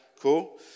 Cool